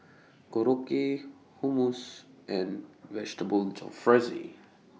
Korokke Hummus and Vegetable Jalfrezi